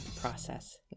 process